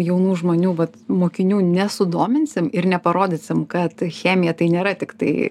jaunų žmonių vat mokinių nesudominsim ir neparodysim kad chemiją tai nėra tiktai